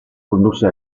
condusse